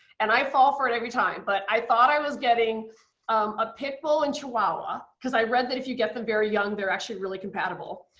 and i fall for it every time. but i thought i was getting a pitbull and chihuahua, because i read that if you get them very young they're actually very compatible.